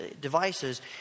devices